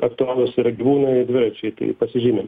aktualūs yra gyvūnai dviračiai pasižymim